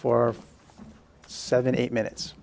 for seventy eight minutes